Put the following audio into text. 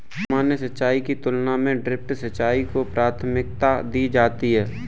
सामान्य सिंचाई की तुलना में ड्रिप सिंचाई को प्राथमिकता दी जाती है